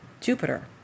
Jupiter